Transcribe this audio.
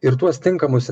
ir tuos tinkamus